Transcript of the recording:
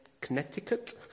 Connecticut